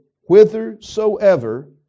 whithersoever